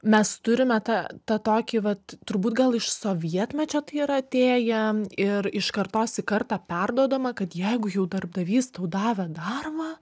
mes turime tą tą tokį vat turbūt gal iš sovietmečio tai yra atėję ir iš kartos į kartą perduodama kad jeigu jau darbdavys tau davė darbą